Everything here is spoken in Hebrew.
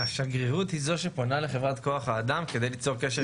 והשגרירות היא זאת שפונה לחברת כוח האדם כדי ליצור קשר עם העובד?